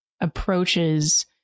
approaches